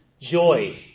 joy